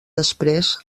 després